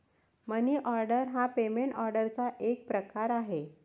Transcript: मनी order हा payment ऑर्डरचा एक प्रकार आहे